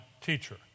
teacher